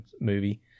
movie